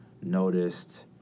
noticed